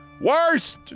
worst